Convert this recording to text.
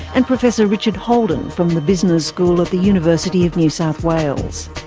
and professor richard holden from the business school at the university of new south wales.